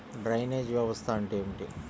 Drainage వ్యవస్థ అంటే ఏమిటి?